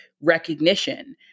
recognition